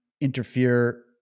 interfere